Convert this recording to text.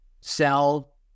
Sell